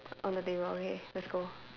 on the table okay let's go